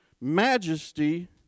majesty